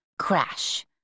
crash